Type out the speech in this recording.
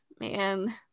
man